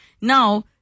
now